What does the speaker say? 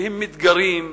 והם מתגרים,